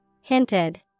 Hinted